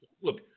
Look